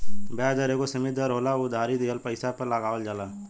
ब्याज दर एगो सीमित दर होला इ उधारी दिहल पइसा पर लगावल जाला